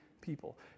people